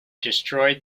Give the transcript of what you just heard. destroyed